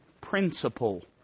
principle